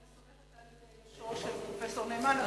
אני סומכת על יושרו של פרופסור נאמן.